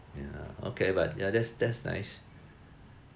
okay but yeah that's that's nice